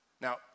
Now